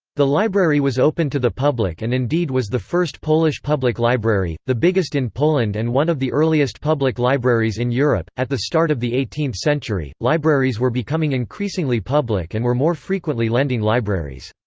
the library was open to the public and indeed was the first polish public library, the biggest in poland and one of the earliest public libraries in europe at the start of the eighteenth century, libraries were becoming increasingly public and were more frequently lending libraries.